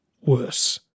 worse